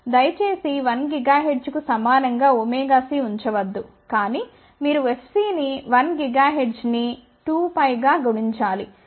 దయచేసి 1 గిగాహెర్ట్జ్కు సమానం గా ωc ఉంచవద్దు కానీ మీరు fc ని 1 GHz ని 2π గా గుణించాలి